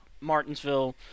Martinsville